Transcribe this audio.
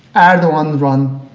erdogan-run,